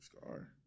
scar